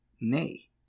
nay